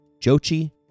Jochi